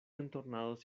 entornados